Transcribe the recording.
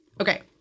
okay